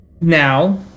now